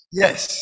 yes